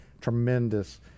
tremendous